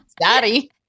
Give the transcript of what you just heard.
Daddy